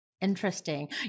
Interesting